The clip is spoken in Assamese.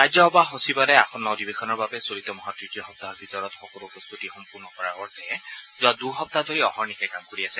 ৰাজ্যসভা সচিবালয়ে আসন্ন অধিৱেশনৰ বাবে চলিত মাহৰ তৃতীয় সপ্তাহৰ ভিতৰত সকলো প্ৰস্তাতি সম্পূৰ্ণ কৰাৰ অৰ্থে যোৱা দুসপ্তাহ ধৰি অহৰ্নিশে কাম কৰি আছে